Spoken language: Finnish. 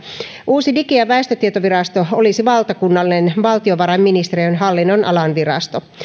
uusi digi ja väestötietovirasto olisi valtakunnallinen valtiovarainministeriön hallin nonalan virasto